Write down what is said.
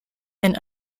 and